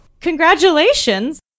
Congratulations